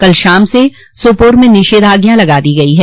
कल शाम से सोपोर में निषेधाज्ञा लगा दी गई है